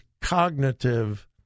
cognitive